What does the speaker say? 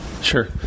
Sure